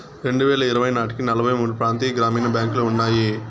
రెండువేల ఇరవై నాటికి నలభై మూడు ప్రాంతీయ గ్రామీణ బ్యాంకులు ఉన్నాయి